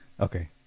Okay